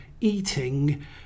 eating